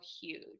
huge